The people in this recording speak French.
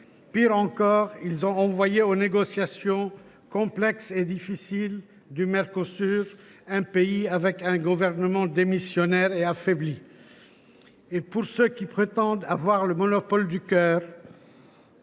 Pis encore, ils ont envoyé aux négociations complexes et difficiles du Mercosur un pays affaibli, avec un gouvernement démissionnaire. Ceux qui prétendent « avoir le monopole du cœur